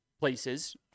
places